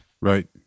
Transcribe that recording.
Right